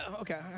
Okay